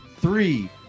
three